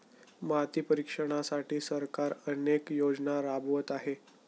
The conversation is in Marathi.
माती परीक्षणासाठी सरकार अनेक योजना राबवत आहे